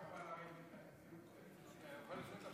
אני יכול לשאול אותך שאלה?